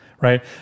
right